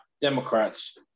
Democrats